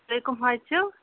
تُہۍ کَم حظ چھِو